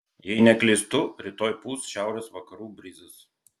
jei neklystu rytoj pūs šiaurės vakarų brizas